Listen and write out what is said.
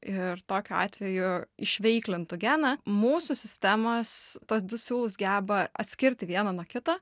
ir tokiu atveju išveiklintų geną mūsų sistemos tuos du siūlus geba atskirti vieną nuo kito